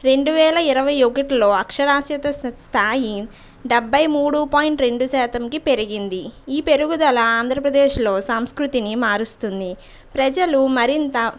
రెండువేల ఇరవై ఒకటిలో అక్షరాస్యత స్థాయి డెభై మూడు పాయింట్ రెండు శాతంకి పెరిగింది ఈ పెరుగుదల ఆంధ్రప్రదేశ్లో సంస్కృతిని మారుస్తుంది ప్రజలు మరింత